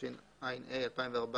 התשע"ה-2014